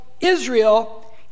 Israel